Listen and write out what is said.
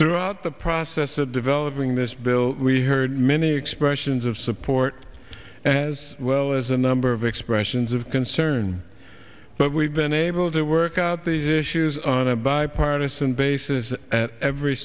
throughout the process of developing this bill we heard many expressions of support as well as a number of expressions of concern but we've been able to work out the issues on a bipartisan basis at every